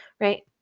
Right